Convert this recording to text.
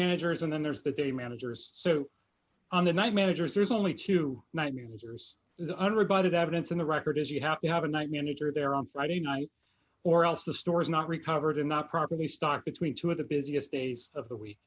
managers and then there's the day managers so on the night managers there's only two night ministers the underbite of evidence on the record as you have you have a night manager there on friday night or else the store is not recovered and not properly stock between two of the busiest days of the week